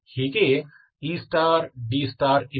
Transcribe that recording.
ಹೀಗೆಯೇ E D ಇವೆ